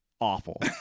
awful